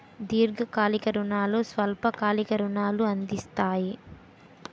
దీర్ఘకాలిక రుణాలు స్వల్ప కాలిక రుణాలు అందిస్తాయి